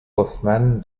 hoffman